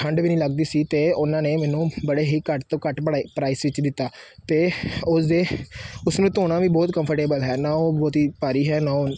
ਠੰਡ ਵੀ ਨਹੀਂ ਲੱਗਦੀ ਸੀ ਅਤੇ ਉਹਨਾਂ ਨੇ ਮੈਨੂੰ ਬੜੇ ਹੀ ਘੱਟ ਤੋਂ ਘੱਟ ਪੜ੍ਹਾਈ ਪ੍ਰਾਈਸ ਵਿੱਚ ਦਿੱਤਾ ਅਤੇ ਉਸਦੇ ਉਸਨੂੰ ਧੋਣਾ ਵੀ ਬਹੁਤ ਕੰਫਰਟੇਬਲ ਹੈ ਨਾ ਉਹ ਬਹੁਤ ਹੀ ਭਾਰੀ ਹੈ ਨਾ ਉਹ